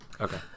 Okay